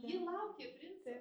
ji laukė princo